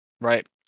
right